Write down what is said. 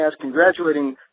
congratulating